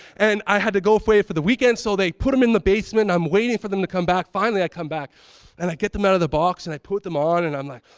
and i had to go away for the weekend. so they put them in the basement. i'm waiting for them to come back. finally, i come back and i get them out of the box and i put them on and i'm like,